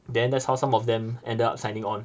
then that's how some of them ended up signing on